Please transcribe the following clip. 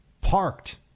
parked